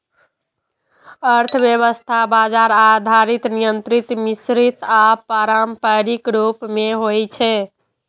अर्थव्यवस्था बाजार आधारित, नियंत्रित, मिश्रित आ पारंपरिक रूप मे होइ छै